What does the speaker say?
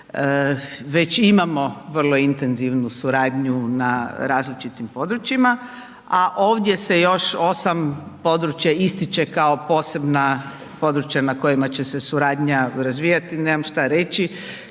već imamo vrlo intenzivnu suradnju na različitim područjima, a ovdje se još 8 područja ističe kao posebna područja na kojima će se suradnja razvijati i nemam što reći.